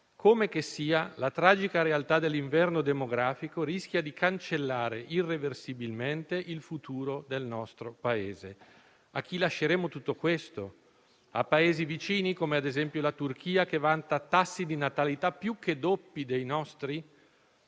Come che sia, la tragica realtà dell'inverno demografico rischia di cancellare irreversibilmente il futuro del nostro Paese. A chi lasceremo tutto questo? A Paesi vicini, come ad esempio la Turchia, che vanta tassi di natalità più che doppi dei nostri?